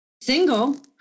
single